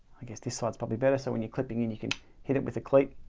i guess this sides probably better. so when you're clipping in you can hit it with a cleat